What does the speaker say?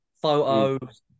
Photos